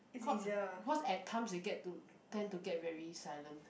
caught because at times they get to tend to get very silent